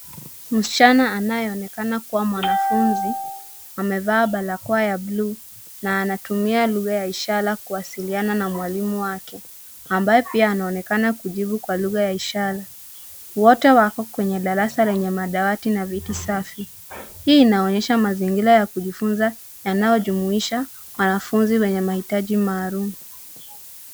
Msichana anayeonekana kuwa mwanafunzi, amevaa barakoa ya buluu na anatumia lugha ya ishara kuwasiliana na mwalimu wake ambaye pia anaonekana kujibu kwa lugha ya ishara. Wote wako kwenye darasa lenye madawati na viti safi. Hii inaonyesha mazingira ya kujifunza yanayojumuisha wanafunzi wenye mahitaji maalum.